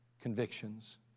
convictions